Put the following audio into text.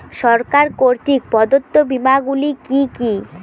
সরকার কর্তৃক প্রদত্ত বিমা গুলি কি কি?